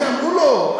אמרו לו.